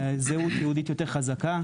זהות יהודית יותר חזקה.